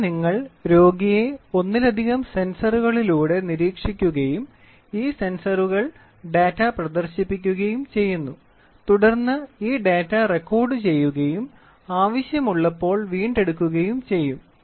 ഇവിടെ നിങ്ങൾ രോഗിയെ ഒന്നിലധികം സെൻസറുകളിലൂടെ നിരീക്ഷിക്കുകയും ഈ സെൻസറുകൾ ഡാറ്റ പ്രദർശിപ്പിക്കുകയും ചെയ്യുന്നു തുടർന്ന് ഈ ഡാറ്റ റെക്കോർഡുചെയ്യുകയും ആവശ്യമുള്ളപ്പോൾ വീണ്ടെടുക്കുകയും ചെയ്യും